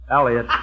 Elliot